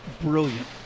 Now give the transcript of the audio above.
brilliant